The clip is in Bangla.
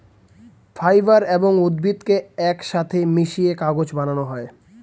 ফাইবার এবং উদ্ভিদকে একসাথে মিশিয়ে কাগজ বানানো হয়